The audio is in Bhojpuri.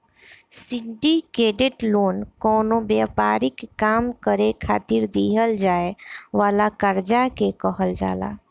सिंडीकेटेड लोन कवनो व्यापारिक काम करे खातिर दीहल जाए वाला कर्जा के कहल जाला